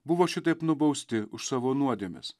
buvo šitaip nubausti už savo nuodėmes